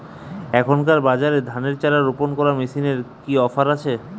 এখনকার বাজারে ধানের চারা রোপন করা মেশিনের কি অফার আছে?